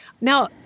Now